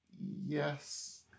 Yes